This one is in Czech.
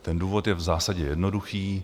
Ten důvod je v zásadě jednoduchý.